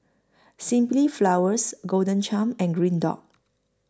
Simply Flowers Golden Churn and Green Dot